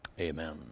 Amen